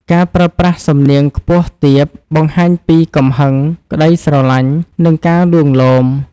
ការប្រើប្រាស់សំនៀងខ្ពស់ទាប បង្ហាញពីកំហឹង ក្ដីស្រឡាញ់ និងការលួងលោម។